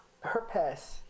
herpes